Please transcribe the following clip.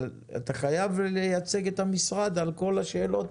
אבל אתה חייב לייצג את המשרד על כל השאלות